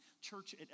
church